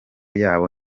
yabo